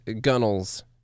Gunnel's